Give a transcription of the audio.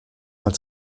mal